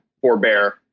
forbear